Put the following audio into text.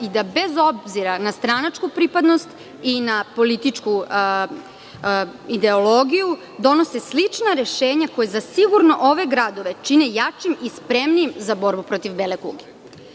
i da bez obzira na stranačku pripadnost i političku ideologiju, donose slična rešenja koje zasigurno ove gradove čini jačim i spremnim za borbu protiv bele kuge. Moj